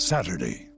Saturday